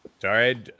Sorry